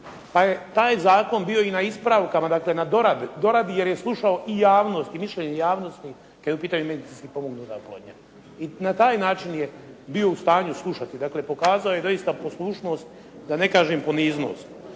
pa je taj zakon bio i na ispravkama, dakle i na doradi jer je slušao i javnost i mišljenje javnosti kad je u pitanju medicinski pomognuta oplodnja. I na taj način je bio u stanju slušati, dakle pokazao je doista poslušnost da ne kažem poniznost.